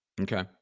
Okay